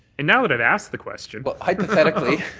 and now that i've asked the question. but hypothetically,